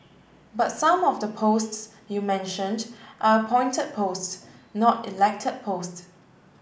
but some of the posts you mentioned are appointed posts not elected post